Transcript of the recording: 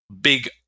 big